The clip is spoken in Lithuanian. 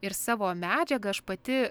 ir savo medžiagą aš pati